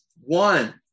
one